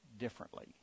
differently